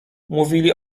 mówili